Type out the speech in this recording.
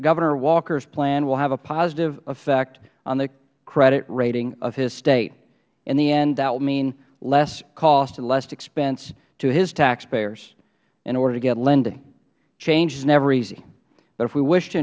governor walkers plan will have a positive effect on the credit rating of his state in the end that will mean less cost and less expense to his taxpayers in order to get lending change is never easy but if we wish to